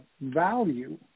value